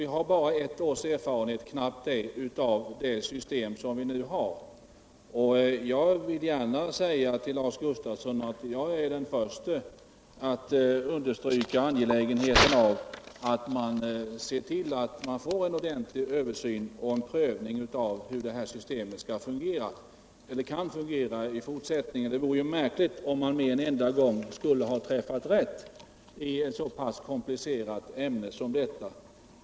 Vi har bara knappt ett års erfarenhet av det nuvarande systemet, och jag vill säga till Lars Gustafsson att jag är den förste att understryka angelägenheten av att det sker en ordentlig genomgång av hur detta system kan fungera i fortsättningen. Det vore märkligt. om man med en gång skulle ha träffat rätt i ett så pass komplicerat ämne som detta.